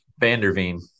Vanderveen